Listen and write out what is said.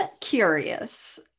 curious